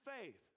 faith